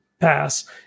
pass